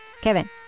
kevin